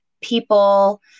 people